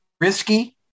risky